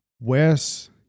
Wes